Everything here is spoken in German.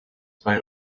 bei